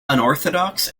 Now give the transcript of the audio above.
unorthodox